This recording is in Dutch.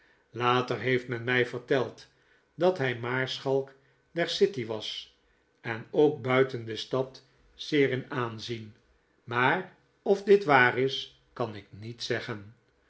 later heeft men mij verteld dat hij maarschalk der city was en ook buiten de stad zeer in aanzien maar of dit waar is kan ik niet zeggen